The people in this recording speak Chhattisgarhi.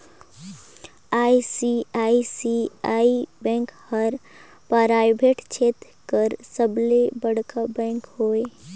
आई.सी.आई.सी.आई बेंक हर पराइबेट छेत्र कर सबले बड़खा बेंक हवे